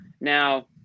now